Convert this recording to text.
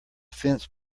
fence